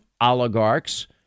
oligarchs